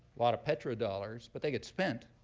lot of petrodollars. but they get spent,